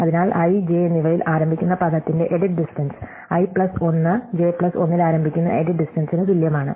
അതിനാൽ i j എന്നിവയിൽ ആരംഭിക്കുന്ന പദത്തിന്റെ edit distance i plus 1 j plus 1 ൽ ആരംഭിക്കുന്ന എഡിറ്റ് ഡിസ്റ്റ്ടെൻസിന് തുല്യമാണ്